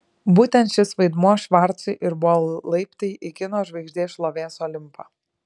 būtent šis vaidmuo švarcui ir buvo laiptai į kino žvaigždės šlovės olimpą